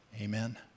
amen